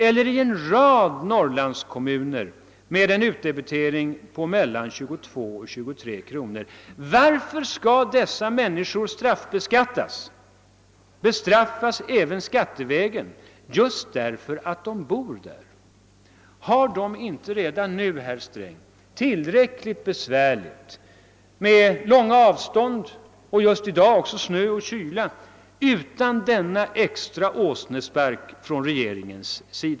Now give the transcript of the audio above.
eller i en rad Norrlandskommuner med en utdebitering på mellan 22 och 23 kr., skall bestraffas även skattevägen just därför att de bor där. Har de inte redan nu, herr Sträng, tillräckligt besvärligt med långa avstånd, och just i dag också med snö och kyla, utan denna extra åsnespark från regeringen?